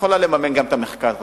יכולה לממן את המחקר הזה.